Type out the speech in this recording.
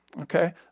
okay